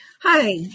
Hi